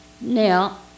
Now